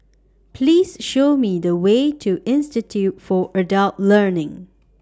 Please Show Me The Way to Institute For Adult Learning